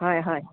হয় হয়